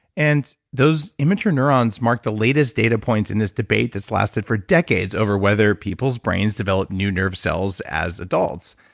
and those immature neurons mark the latest data points in this debate that's lasted for decades whether people's brains developed new nerve cells as adults.